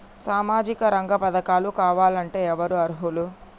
సామాజిక రంగ పథకాలు కావాలంటే ఎవరు అర్హులు?